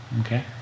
Okay